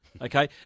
okay